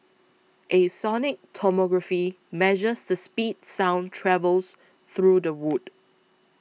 a sonic tomography measures the speed sound travels through the wood